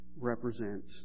represents